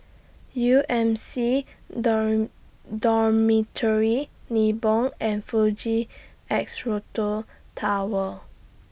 U M C Dormitory Nibong and Fuji Tower